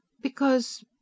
Because—